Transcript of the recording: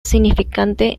significante